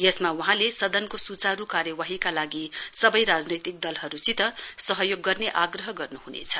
यसमा वहाँले सदनको सुचारु कार्यवाहीका लागि सवै राजनीतिक दलहरुसित सहयोग गर्ने आग्रह गर्नुहुनेछ